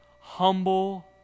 humble